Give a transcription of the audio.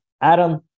Adam